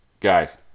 guys